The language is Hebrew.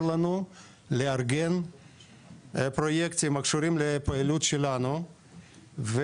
לנו לארגן פרויקטים הקשורים לפעילות שלנו,